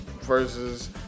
versus